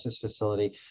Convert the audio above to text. facility